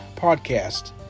podcast